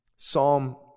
Psalm